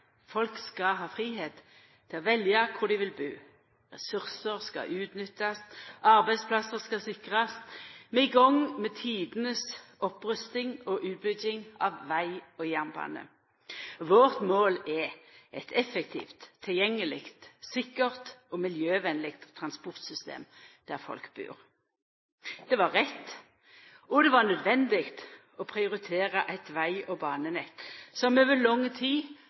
Folk skal ha fridom til å velja kvar dei vil bu. Ressursar skal utnyttast. Arbeidsplassar skal sikrast. Vi er i gang med tidenes opprusting og utbygging av veg og jernbane. Vårt mål er eit effektivt, tilgjengeleg, sikkert og miljøvenleg transportsystem der folk bur. Det var rett – og det var nødvendig – å prioritera eit veg- og banenett som over lang tid